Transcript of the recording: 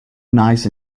nice